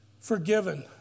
forgiven